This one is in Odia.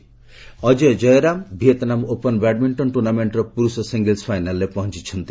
badminton Ajay Jayaram Vietnam Open badminton ଟୁର୍ଷ୍ଣାମେଣ୍ଟର ପୁରୁଷ ସିଙ୍ଗଲ୍ସ ଫାଇନାଲ୍ରେ ପହଞ୍ଚ୍ଚନ୍ତି